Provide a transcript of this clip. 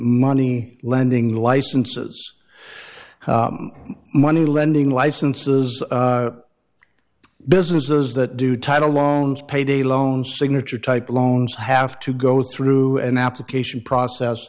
money lending licenses money lending licenses businesses that do title longs payday loans signature type loans have to go through an application process